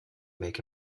make